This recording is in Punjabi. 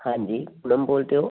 ਹਾਂਜੀ ਪੂਨਮ ਬੋਲਦੇ ਹੋ